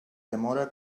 demora